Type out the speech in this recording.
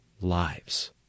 lives